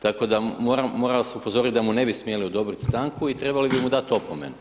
Tako da moram vas upozoriti da mu ne bi smjeli odobriti stanku i trebali bi mu dati opomenu.